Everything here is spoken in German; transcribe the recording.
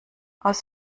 aus